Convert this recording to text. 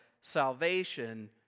Salvation